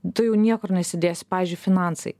tu jau niekur nesidėsi pavyzdžiui finansai